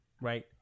right